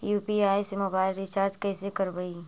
UPI से mobile recharge कैसे करबइ?